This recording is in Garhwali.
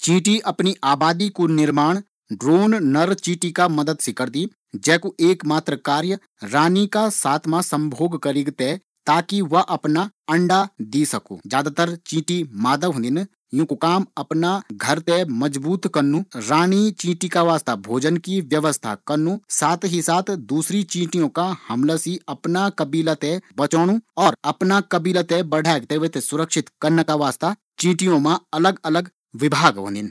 चींटी अपनी आबादी कु निर्माण ड्रोन नर चींटी का माध्यम सी करदी ज्यादातर चींटी मादा होदिन, यूंकू काम होना घर ते मजबूत कन्नू सुरक्षा टुकड़ी तैयार कन्नू भोजन की व्यवस्था कन्नू और बाहरी खतरों सी बचण का वास्ता प्लान बणोंणु और रानी चींटी रक्षा कन्नू होन्दु